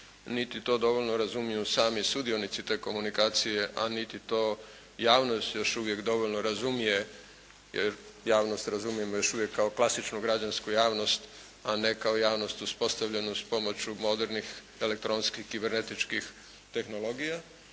niti to dovoljno razumiju sami sudionici te komunikacije, a niti to javnost još uvijek dovoljno razumije, jer javnost razumijemo još uvijek kao klasičnu građansku javnost a ne kao javnost uspostavljenu uz pomoć modernih elektronskih kibernetičkih tehnologija